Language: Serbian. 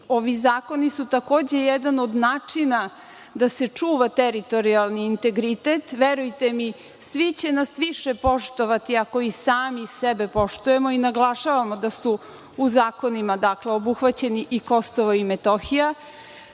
ovi zakoni su takođe jedan od načina da se čuva teritorijalni integritet. Verujte mi svi će nas više poštovati ako i sami sebe poštujemo i naglašavamo da su u zakonima obuhvaćeni i Kosovo i Metohija,